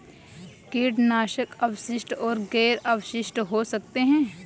कीटनाशक अवशिष्ट और गैर अवशिष्ट हो सकते हैं